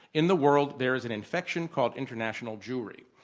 in the world, there is an infection called international jewry.